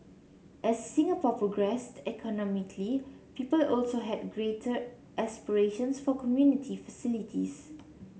as Singapore progressed economically people also had greater aspirations for community facilities